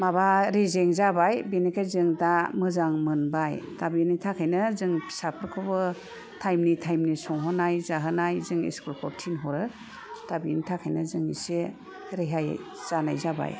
माबा रेजें जाबाय बिनिफ्राय जों दा मोजां मोनबाय दा बिनि थाखायनो जों फिसाफोरखौबो थाइमलि थाइमलि संहोनाय जाहोनाय जों स्कुलफ्राव थिनहरो दा बिनि थाखायनो जों एसे रेहाय जानाय जाबाय